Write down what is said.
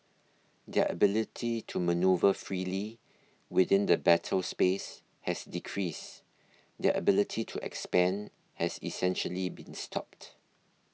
their ability to manoeuvre freely within the battle space has decreased their ability to expand has essentially been stopped